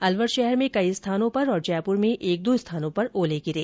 अलवर शहर में कई स्थानों और जयपुर में एक दो स्थानों पर ओले गिरे